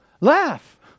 laugh